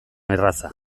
erraza